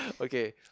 Okay